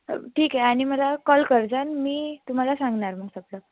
ठीक आहे आणि मला कॉल करजा अन् मी तुम्हाला सांगणार मग तसं